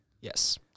Yes